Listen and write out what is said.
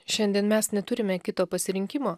šiandien mes neturime kito pasirinkimo